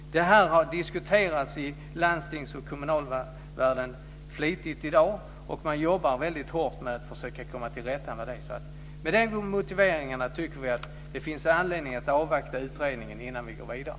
Det här har diskuterats flitigt i landstings och kommunvärlden, och man jobbar väldigt hårt med att försöka komma till rätta med det. Med de motiveringarna tycker vi att det finns anledning att avvakta utredningen innan vi går vidare.